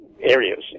areas